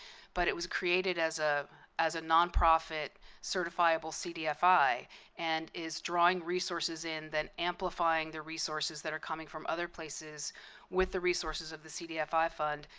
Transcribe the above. but it was created as ah as a nonprofit certifiable cdfi and is drawing resources in then amplifying the resources that are coming from other places with the resources of the cdfi fund.